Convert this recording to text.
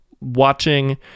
watching